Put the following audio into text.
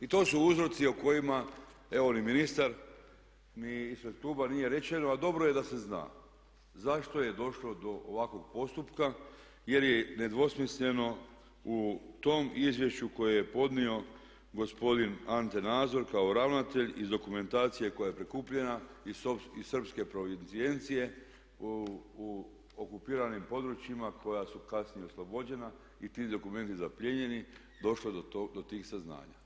I to su uzroci o kojima evo ni ministar ni ispred kluba nije rečeno a dobro je da se zna zašto je došlo do ovakvog postupka jer je nedvosmisleno u tom izvješću koje je podnio gospodin Ante Nazor kao ravnatelj iz dokumentacije koja je prikupljena iz srpske provicijencije u okupiranim područjima koja su kasnije oslobođena i ti dokumenti zaplijenjeni došlo do tih saznanja.